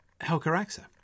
Helcaraxa